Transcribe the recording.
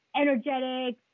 energetic